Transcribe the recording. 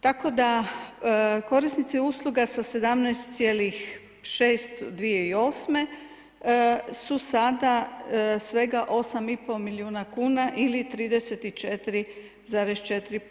Tako da, korisnici usluga sa 17,6 2008. su sada svega 8,5 milijuna kuna ili 34,4%